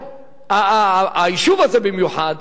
היישוב הזה במיוחד